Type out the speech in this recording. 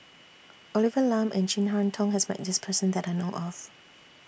Olivia Lum and Chin Harn Tong has Met This Person that I know of